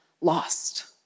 lost